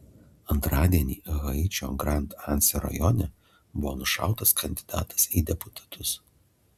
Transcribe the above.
antradienį haičio grand anse rajone buvo nušautas kandidatas į deputatus